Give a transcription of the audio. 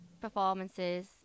performances